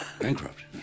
Bankrupt